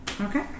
Okay